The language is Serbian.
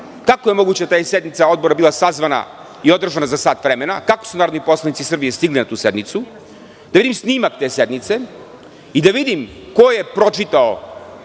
kako je moguće da je sednica Odbora bila sazvana i održana za sat vremena, kako su narodni poslanici iz Srbije stigli na tu sednicu, da vidim snimak te sednice i da vidim ko je pročitao